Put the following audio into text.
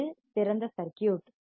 இது திறந்த சர்க்யூட்